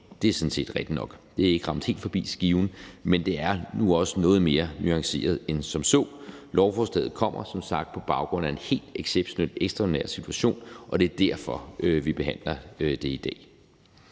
at det sådan set er rigtigt nok. Det er ikke ramt helt forbi skiven, men det er nu også noget mere nuanceret end som så. Lovforslaget kommer som sagt på baggrund af en helt exceptionelt ekstraordinær situation, og det er derfor, vi behandler det i dag.